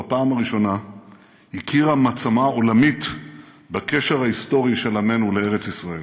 בפעם הראשונה הכירה מעצמה עולמית בקשר ההיסטורי של עמנו לארץ ישראל.